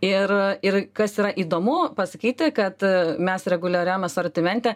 ir ir kas yra įdomu pasakyti kad mes reguliariam asortimente